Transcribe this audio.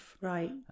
right